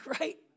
right